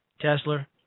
Tesla